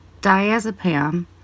diazepam